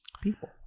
people